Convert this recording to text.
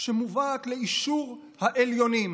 שמובאת לאישור העליונים.